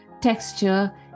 texture